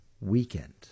weekend